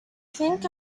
think